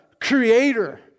creator